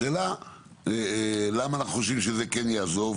השאלה היא למה אנחנו חושבים שזה כן יעזור,